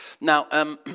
Now